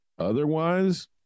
otherwise